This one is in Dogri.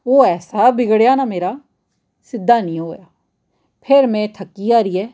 ओह् ऐसा बिगड़ेआ ना मेरा सिद्धा निं होआ फिर में थक्की हारी ऐ